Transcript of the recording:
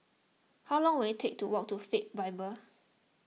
how long will it take to walk to Faith Bible